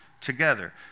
together